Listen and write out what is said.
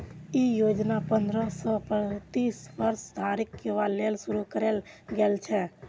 ई योजना पंद्रह सं पैतीस वर्ष धरिक युवा लेल शुरू कैल गेल छै